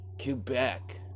Quebec